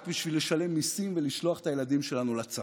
בשביל לשלם מיסים ולשלוח את הילדים שלנו לצבא?